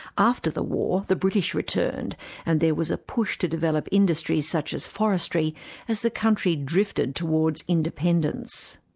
after the war, the british returned and there was a push to develop industries such as forestry as the country drifted towards independence.